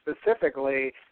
specifically